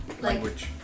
language